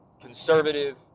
conservative